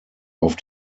auf